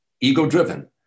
ego-driven